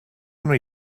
wnei